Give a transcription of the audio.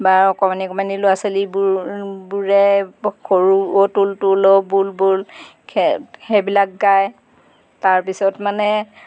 বা অকণমানি অকণমানি ল'ৰা ছোৱালীবোৰবোৰে সৰু অ' তুলতুল অ' বুলবুল খে সেইবিলাক গায় তাৰপিছত মানে